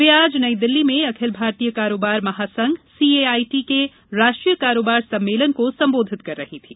वे आज नई दिल्ली में अखिल भारतीय कारोबार महासंघ सीए आईटी के राष्ट्रीय कारोबार सम्मेलन को संबोधित कर रही थी